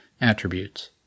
attributes